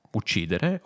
uccidere